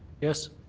yes.